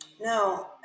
No